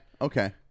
okay